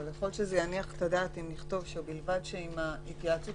אבל יכול להיות שזה יניח את הדעת אם נכתוב שבלבד שאם ההתייעצות